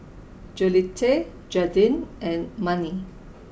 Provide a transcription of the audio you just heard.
Jolette Jaeden and Manie